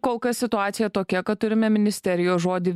kol kas situacija tokia kad turime ministerijos žodį